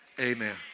Amen